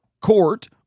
court